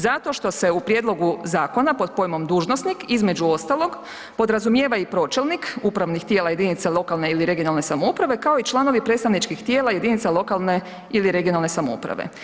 Zato što se u prijedlogu zakona pod pojmom "dužnosnik", između ostalog, podrazumijeva i pročelnik upravnih tijela jedinica lokalne ili regionalne samouprave kao i članovi predstavničkih tijela jedinice lokalne ili regionalne samouprave.